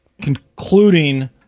concluding